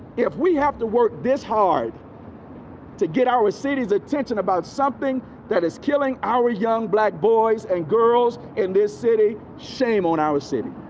if we have to work this hard to get our cities attention about something that is killing our young black boys and girls in this city. shame on our city.